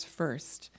first